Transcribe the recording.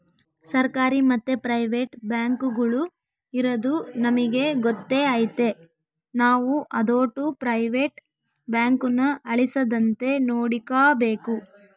ಸರ್ಕಾರಿ ಮತ್ತೆ ಪ್ರೈವೇಟ್ ಬ್ಯಾಂಕುಗುಳು ಇರದು ನಮಿಗೆ ಗೊತ್ತೇ ಐತೆ ನಾವು ಅದೋಟು ಪ್ರೈವೇಟ್ ಬ್ಯಾಂಕುನ ಅಳಿಸದಂತೆ ನೋಡಿಕಾಬೇಕು